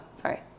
Sorry